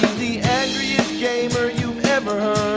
the angriest gamer youive ever